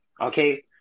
Okay